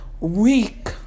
Weak